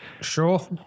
sure